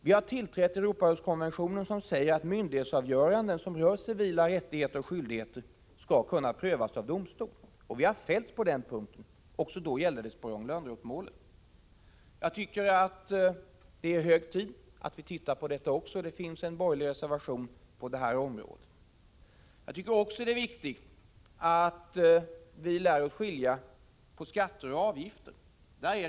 Vi har tillträtt Europarådskonventionen, enligt vilken myndighetsavgöranden som rör civila rättigheter och skyldigheter skall kunna prövas av domstol. Vi har fällts på den punkten, och även då gällde det Sporrong-Lönnroth-målet. Det är hög tid att titta på denna fråga. Det finns här en borgerlig reservation. Det är också viktigt att vi lär oss att skilja på skatter och avgifter.